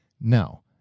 No